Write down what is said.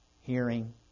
hearing